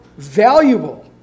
Valuable